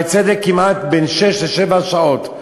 ב"שערי צדק" כמעט, בין שש לשבע שעות.